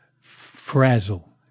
frazzle